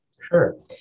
Sure